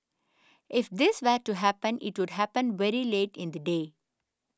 if this were to happen it would happen very late in the day